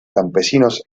campesinos